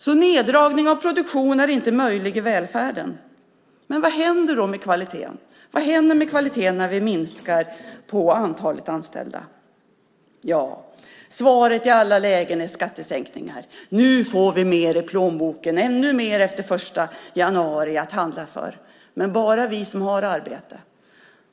En neddragning av produktionen är alltså inte möjlig i välfärden. Men vad händer då med kvaliteten? Vad händer med kvaliteten när vi minskar antalet anställda? Svaret i alla lägen är skattesänkningar. Nu får vi mer i plånboken. Det blir ännu mer efter den 1 januari att handla för. Men det gäller bara oss som har arbete.